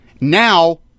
Now